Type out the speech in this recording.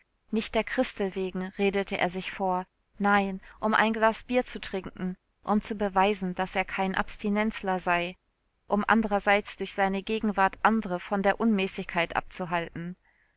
nicht der christel wegen redete er sich vor nein um ein glas bier zu trinken um zu beweisen daß er kein abstinenzler sei um andererseits durch seine gegenwart andere von der unmäßigkeit abzuhalten